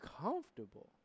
comfortable